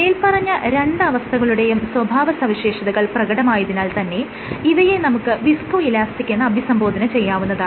മേല്പറഞ്ഞ രണ്ട് അവസ്ഥകളുടെയും സ്വഭാവ സവിശേഷതകൾ പ്രകടമായതിനാൽ തന്നെ ഇവയെ നമുക്ക് വിസ്കോ ഇലാസ്റ്റിക് എന്ന് അഭിസംബോധന ചെയ്യാവുന്നതാണ്